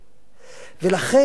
ולכן אני אומר לך,